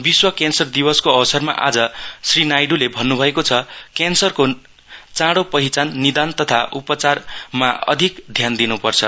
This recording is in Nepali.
विश्व क्यान्सर दिवसको अवसरमा आज श्री नाइडुले भन्नु भएको छ क्यान्सरको चाँडो पहिचाननिदान तथा उपचारमा अधिक ध्यान दिनुपर्छ